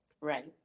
right